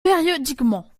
périodiquement